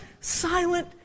silent